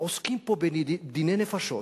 עוסקים פה בדיני נפשות.